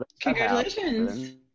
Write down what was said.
Congratulations